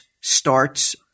starts